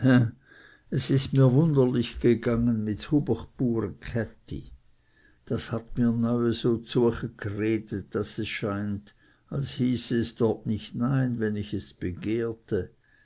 es ist mir wunderlich gegangen mit ds hubechbure käthi das hat mir neue so zuechegredt daß es scheint als hieße es dort nicht nein wenn ich es begehrte